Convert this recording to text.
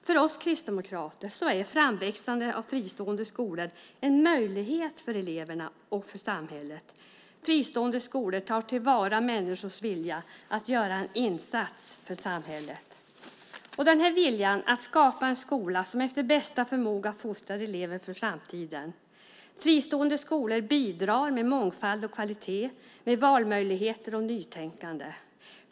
För oss kristdemokrater är framväxandet av fristående skolor en möjlighet för eleverna och för samhället. Fristående skolor tar till vara människors vilja att göra en insats för samhället, viljan att skapa en skola som efter bästa förmåga fostrar elever för framtiden. Fristående skolor bidrar med mångfald och kvalitet, med valmöjligheter och nytänkande.